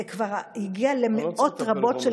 זה כבר הגיע למאות רבות של